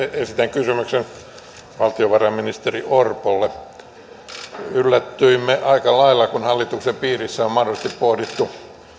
esitän kysymyksen valtiovarainministeri orpolle yllätyimme aika lailla siitä että hallituksen piirissä on mahdollisesti pohdittu